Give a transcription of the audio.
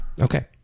Okay